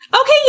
Okay